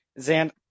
Zan